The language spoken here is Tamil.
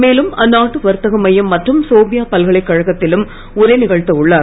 மேலும் அந்நாட்டு வர்த்தக மையம் மற்றும் சோபியா பல்கலைக்கழகத்திலும் உரை நிகழ்த்த உள்ளார்